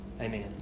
Amen